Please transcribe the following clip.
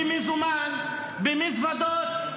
במזומן במזוודות.